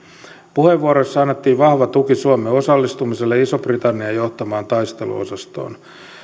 puheenvuoroissa annettiin vahva tuki suomen osallistumiselle ison britannian johtamaan taisteluosastoon